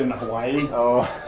hawaii. oh,